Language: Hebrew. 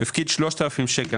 הפקיד 3,000 שקל.